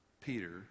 peter